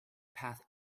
path